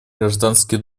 гражданский